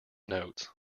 notes